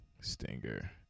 Stinger